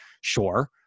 sure